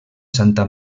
santa